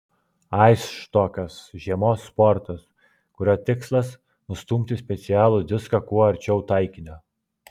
aisštokas žiemos sportas kurio tikslas nustumti specialų diską kuo arčiau taikinio